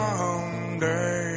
Someday